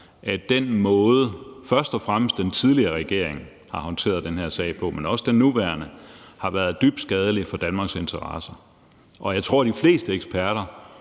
at den måde, som først og fremmest den tidligere regering, men også den nuværende regering har håndteret den her sag på, har været dybt skadelig for Danmarks interesser. Jeg tror, at de fleste eksperter